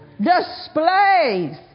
displays